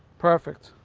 perfect.